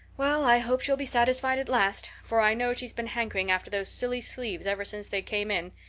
well, i hope she'll be satisfied at last, for i know she's been hankering after those silly sleeves ever since they came in,